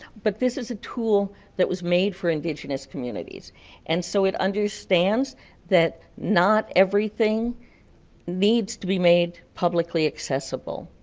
but this is a tool that was made for and ingenious communities and so it understands that not everything needs to be made publically accessible,